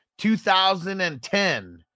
2010